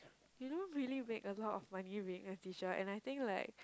you don't really make a lot of money being a teacher and I think like